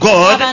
God